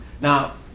Now